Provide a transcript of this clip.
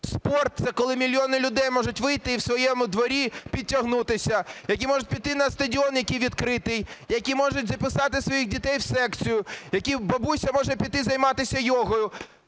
Спорт – це коли мільйони людей можуть вийти і в своєму дворі підтягнутися. Які можуть піти на стадіон, який відкритий. Які можуть записати своїх дітей в секцію. Які… бабуся може піти займатися йогою.